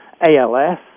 ALS